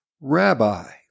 Rabbi